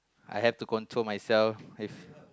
I have to control myself if